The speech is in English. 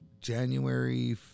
January